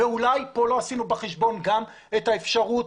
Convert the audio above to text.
כאן לא לקחנו בחשבון גם את האפשרות